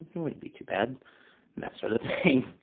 wouldn't be too bad, and that sort of thing,